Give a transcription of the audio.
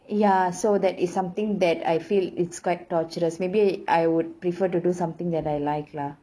ya so that is something that I feel it's quite torturous maybe I would prefer to do something that I like lah